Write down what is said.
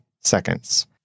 seconds